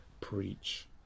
preach